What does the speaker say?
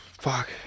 Fuck